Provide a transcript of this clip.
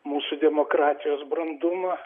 mūsų demokratijos brandumą